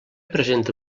presenta